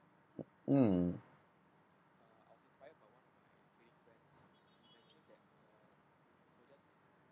mm